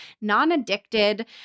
non-addicted